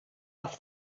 off